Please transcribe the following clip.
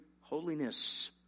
holiness